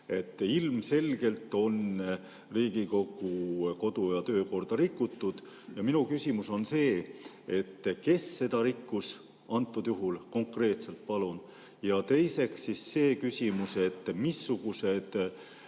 Ilmselgelt on Riigikogu kodu‑ ja töökorda rikutud. Minu küsimus on, kes seda rikkus antud juhul. Konkreetselt palun! Ja teiseks on küsimus, missugused